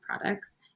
products